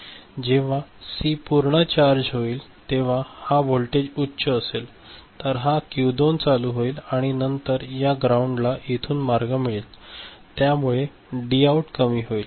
जेव्हा सी पूर्ण चार्ज केला जाईल तेव्हा हा व्होल्टेज उच्च असेल तर हा क्यू 2 चालू होईल आणि नंतर या ग्राउंडला येथून मार्ग मिळेल त्यामुळे डी आऊट कमी होईल